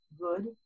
good